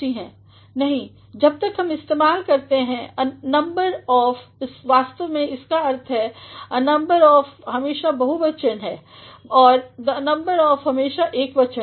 नही जब हम इस्तेमाल करते हैं अनंबर ऑफ़ वास्तव में इसका अर्थ है अ नंबर ऑफ़ हमेशा बहुवचन है और द नंबर ऑफ़ हमेशा एकवचन है